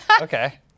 Okay